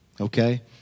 Okay